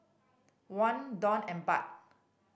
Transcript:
Won Dong and Baht